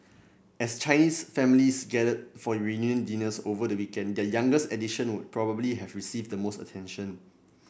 as Chinese families gathered for reunion dinners over the weekend their youngest addition would probably have received the most attention